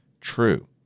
true